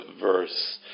verse